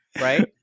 right